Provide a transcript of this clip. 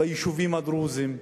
ביישובים הדרוזיים.